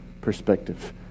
perspective